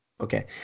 Okay